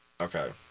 okay